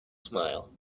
smile